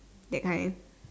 that kind